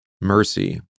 mercy